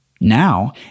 Now